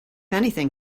anything